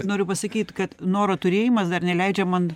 noriu pasakyt kad noro turėjimas dar neleidžia man